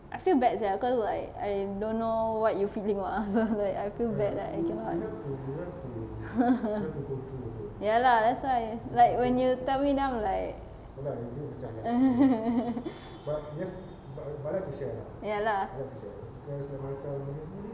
I feel bad sia cause like I don't know what you feeling lah so like I feel bad lah I cannot ya lah that's why when you tell me then I'm like ya lah